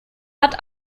hat